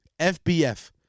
FBF